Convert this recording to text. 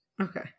Okay